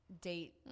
date